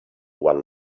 one